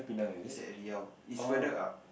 it's at Riau it's further up